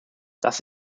das